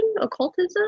occultism